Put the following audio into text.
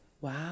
Wow